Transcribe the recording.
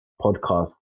podcast